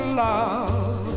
love